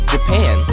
Japan